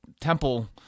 temple